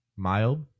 Mild